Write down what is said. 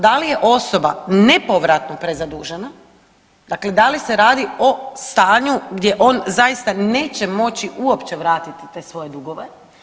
Da li je osoba nepovratno prezadužena, dakle da li se radi o stanju gdje on zaista neće moći uopće vratiti te svoje dugove.